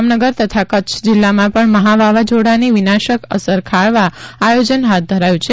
જામનગર તથા કચ્છ જિલ્લામાં પણ મહા વાવઝોડાની વિનાશક અસર ખાળવા આયોજન હાથ ધરાયુ છે